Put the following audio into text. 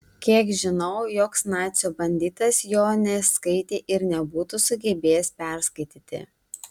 kiek žinau joks nacių banditas jo neskaitė ir nebūtų sugebėjęs perskaityti